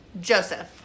Joseph